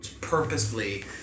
purposefully